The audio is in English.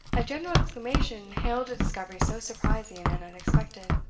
a general exclamation hailed a discovery so surprising and unexpected.